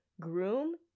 groom